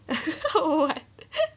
oh what